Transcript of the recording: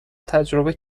تجربه